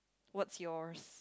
what's yours